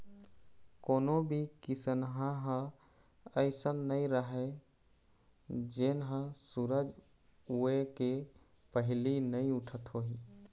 कोनो भी किसनहा ह अइसन नइ राहय जेन ह सूरज उए के पहिली नइ उठत होही